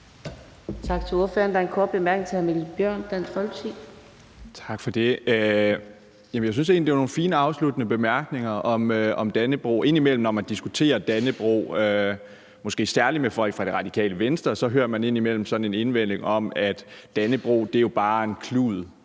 Tak for det. Jeg synes egentlig, det var nogle fine afsluttende bemærkninger om Dannebrog. Når man diskuterer Dannebrog, måske særlig med folk fra Radikale Venstre, hører man indimellem sådan en indvending om, at Dannebrog jo bare er en klud,